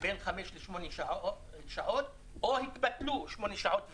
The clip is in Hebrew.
בין חמש לשמונה שעות או התבטלו שמונה שעות ויותר.